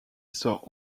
sort